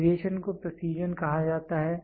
variation को precision कहा जाता है